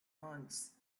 ernst